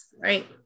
right